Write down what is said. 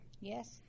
Yes